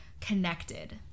connected